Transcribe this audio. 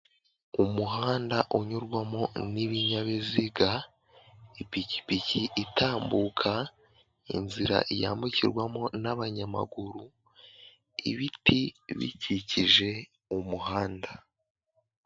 Umuhanda unyurwamo n'ibinyabiziga, ipikipiki itambuka, inzira yambukirwamo n'abanyamaguru, ibiti bikikije umuhanda.